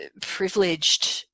privileged